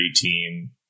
team